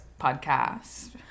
podcast